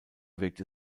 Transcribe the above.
wirkte